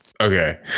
Okay